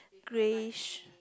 greyish